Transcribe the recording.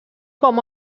com